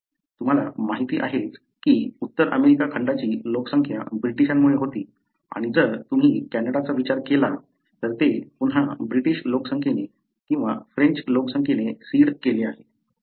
तुम्हाला माहिती आहेच की उत्तर अमेरिका खंडाची लोकसंख्या ब्रिटीशांमुळे होती आणि जर तुम्ही कॅनडाचा विचार केला तर ते पुन्हा ब्रिटीश लोकसंख्येने किंवा फ्रेंच लोकसंख्येने सीड केले आहे